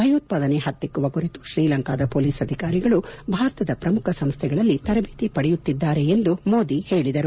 ಭಯೋತ್ಪಾದನೆ ಪತ್ತಿಕ್ಕುವ ಕುರಿತು ಶ್ರೀಲಂಕಾದ ಪೊಲೀಸ್ ಅಧಿಕಾರಿಗಳು ಭಾರತದ ಪ್ರಮುಖ ಸಂಸ್ಟೆಗಳಲ್ಲಿ ತರಬೇತಿಯನ್ನು ಪಡೆಯುತ್ತಿದ್ದಾರೆ ಎಂದು ಮೋದಿ ಹೇಳಿದರು